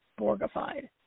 Borgified